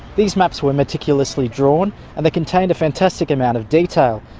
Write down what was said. these maps were meticulously drawn and they contained a fantastic amount of detail.